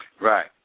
right